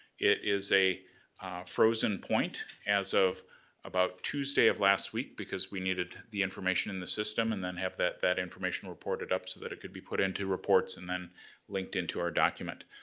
it is a frozen point as of about tuesday of last week because we needed the information in the system and then have that that information reported up so it could be put into reports and then linked into our document.